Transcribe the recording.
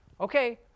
okay